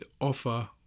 offer